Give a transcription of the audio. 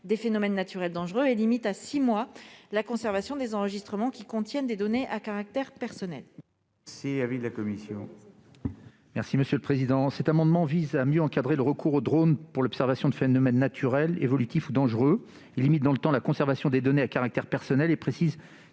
des phénomènes naturels dangereux et à limiter à six mois la conservation des enregistrements qui contiennent des données à caractère personnel.